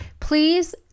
please